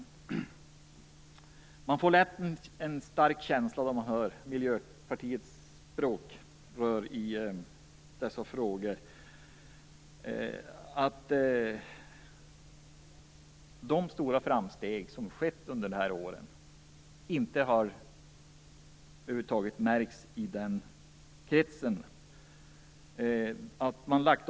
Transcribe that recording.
När man hör Miljöpartiets språkrör i dessa frågor får man en stark känsla av att de stora framsteg som skett under de här åren över huvud taget inte har uppmärksammats inom Miljöpartiet.